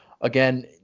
again